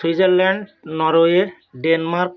Switzerland Norway Denmark